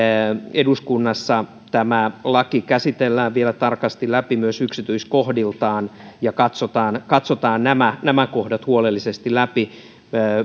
eduskunnassa tämä laki käsitellään vielä tarkasti läpi myös yksityiskohdiltaan ja katsotaan katsotaan nämä nämä kohdat huolellisesti läpi